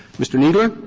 mr. kneedler.